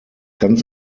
ganz